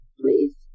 Please